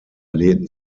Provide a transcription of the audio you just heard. lehnten